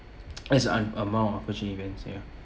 as an a mount of unfortunate events ya